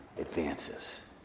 advances